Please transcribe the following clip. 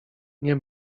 nie